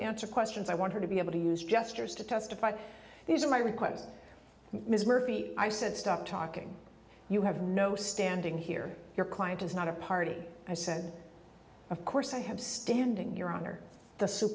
answer questions i want her to be able to use gestures to testify these are my requests ms murphy i said stop talking you have no standing here your client is not a party i said of course i have standing your honor the